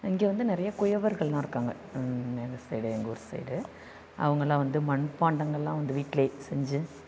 இங்கே வந்து நிறையா குயவர்கள்லாம் இருக்காங்க எங்கள் சைடு எங்கள் ஊரு சைடு அவங்கள்லாம் வந்து மண்பாண்டங்கள்லாம் வந்து வீட்டில் செஞ்சு